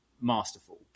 masterful